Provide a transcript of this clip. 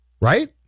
Right